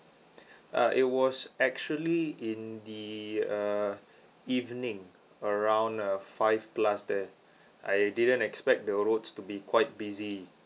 uh it was actually in the uh evening around uh five plus there I didn't expect the roads to be quite busy